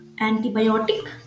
antibiotic